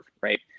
right